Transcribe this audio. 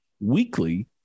weekly